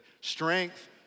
Strength